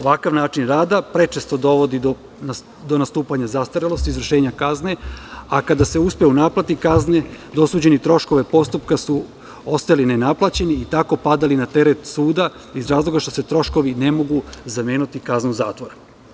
Ovakav način rada prečesto dovodi do nastupanja zastarelosti izvršenja kazne, a kada se uspe u naplati kazne, dosuđeni troškovi postupka su ostali ne naplaćeni i tako padali na teret suda, iz razloga što se troškovi ne mogu zameniti kaznom zatvora.